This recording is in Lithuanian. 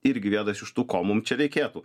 irgi vienas iš tų ko mum čia reikėtų